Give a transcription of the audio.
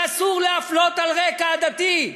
שאסור להפלות על רקע עדתי.